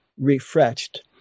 refreshed